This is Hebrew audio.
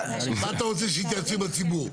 מה אתה רוצה שהיא תעשה עם הציבור?